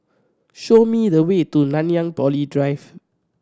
show me the way to Nanyang Poly Drive